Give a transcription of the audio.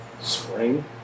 spring